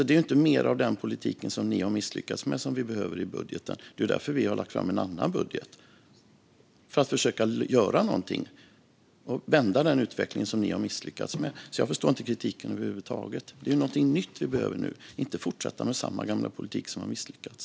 Det är inte mer av den politik som ni har misslyckats med som vi behöver. Det är därför som vi har lagt fram en annan budget, alltså för att försöka göra någonting och vända den utveckling som ni har misslyckats med. Jag förstår därför inte kritiken över huvud taget. Det är någonting nytt vi behöver nu och inte att fortsätta med samma gamla politik som har misslyckats.